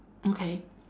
okay